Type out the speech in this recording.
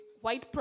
white